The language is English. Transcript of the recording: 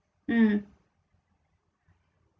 mm